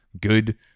Good